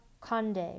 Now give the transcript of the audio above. Conde